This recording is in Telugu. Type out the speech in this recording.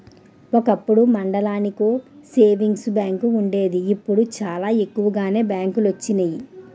ఒకప్పుడు మండలానికో సేవింగ్స్ బ్యాంకు వుండేది ఇప్పుడు చాలా ఎక్కువగానే బ్యాంకులొచ్చినియి